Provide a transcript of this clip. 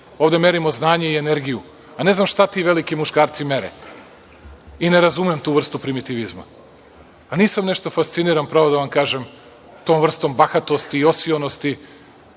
Ovde merimo znanje i energiju, a ne znam šta ti veliki muškarci mere i ne razumem tu vrstu primitivizma. Nisam nešto fasciniran pravo da vam kažem tom vrstom bahatosti i osionosti,